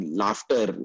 laughter